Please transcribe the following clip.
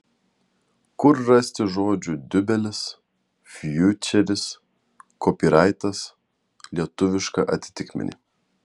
kur rasti žodžių diubelis fjučeris kopyraitas lietuvišką atitikmenį